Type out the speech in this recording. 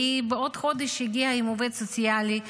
וכעבור חודש היא הגיעה עם עובד סוציאלי מכישורית,